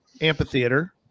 amphitheater